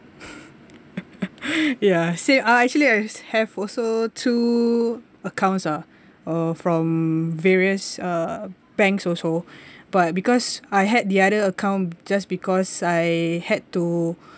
ya say uh actually I have also two accounts ah uh from various uh banks also but because I had the other account just because I had to